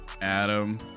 Adam